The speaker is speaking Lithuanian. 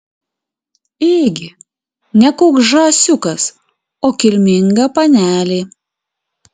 ėgi ne koks žąsiukas o kilminga panelė